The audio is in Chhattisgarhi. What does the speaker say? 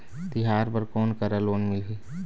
तिहार बर कोन करा लोन मिलही?